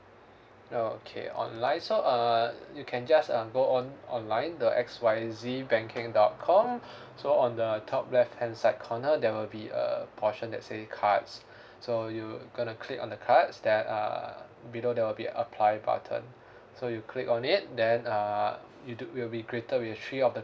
okay online so uh you can just um go on online the X Y Z banking dot com so on the top left hand side corner there will be a portion that say cards so you gonna click on the cards that uh below there will be apply button so you click on it then uh you do will be greeted with three of the